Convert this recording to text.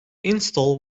install